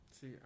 See